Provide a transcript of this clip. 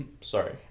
sorry